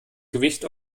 gewicht